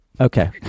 Okay